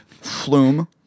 Flume